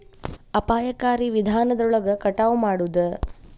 ಅಪಾಯಕಾರಿ ವಿಧಾನದೊಳಗ ಕಟಾವ ಮಾಡುದ